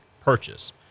purchase